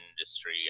industry